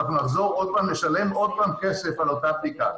אנחנו נחזור עוד פעם ונשלם עוד פעם כסף על אותה בדיקה.